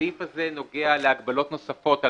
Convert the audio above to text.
הסעיף הזה נוגע להגבלות נוספות על